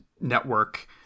network